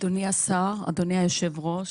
אדוני השר, אדוני היושב-ראש,